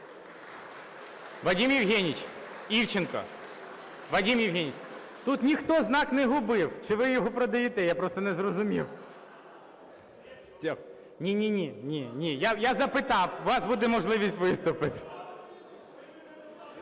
Вадим Євгенійович Івченко, тут ніхто знак не губив. Чи ви його продаєте? Я просто не зрозумів. Я запитав, у вас буде можливість виступити.